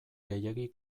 gehiegi